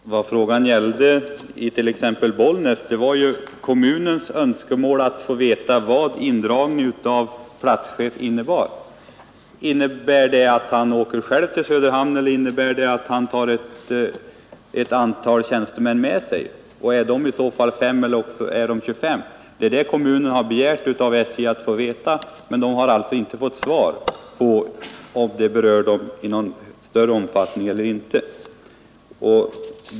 Herr talman! Vad frågan gällde i t.ex. Bollnäs var kommunens önskemål att få veta vad indragningen av platschefen innebar. Innebär det att han själv åker till Söderhamn, eller innebär den att han tar ett antal tjänstemän med sig? Är det i så fall fem eller är det 25? Det är det kommunen begärt av SJ att få veta. Men man har inte fått besked om i vilken omfattning det berör kommunen.